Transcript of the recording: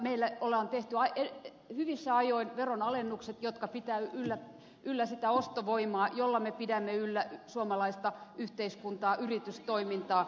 meillä on tehty hyvissä ajoin veronalennukset jotka pitävät yllä sitä ostovoimaa jolla me pidämme yllä suomalaista yhteiskuntaa yritystoimintaa